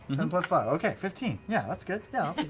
ten plus five. okay, fifteen. yeah, that's good. yeah,